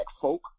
folk